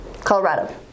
Colorado